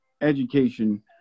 education